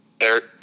Eric